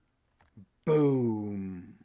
boom